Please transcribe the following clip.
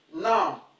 now